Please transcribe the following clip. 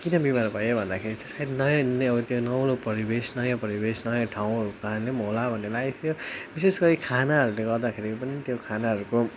किन बिमार भएँ भन्दाखेरि चाहिँ सायद नयाँ त्यो नौलो परिवेश नयाँ परिवेश नयाँ ठाउँहरूको कारणले पनि होला भन्ने लागेको थियो विशेष गरी खानाहरूले गर्दाखेरि पनि त्यो खानाहरूको